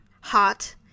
hot